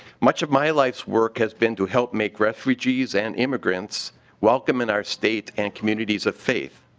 much of my life's work has been to help make refugees and immigrants welcome in our states and communities of faith.